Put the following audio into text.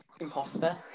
Imposter